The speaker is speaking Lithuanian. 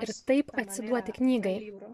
ir taip atsiduoti knygai